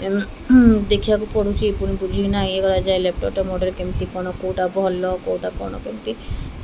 ଦେଖିବାକୁ ପଡ଼ୁଛି ପୁଣି ବୁଝିକିନା ଇଏ କରାଯାଏ ଲ୍ୟାପ୍ଟପ୍ଟେ ମଡ଼େଲ୍ କେମିତି କ'ଣ କେଉଁଟା ଭଲ କେଉଁଟା କ'ଣ କେମିତି